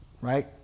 right